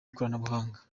ikoranabuhanga